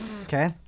Okay